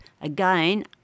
again